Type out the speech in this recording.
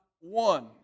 one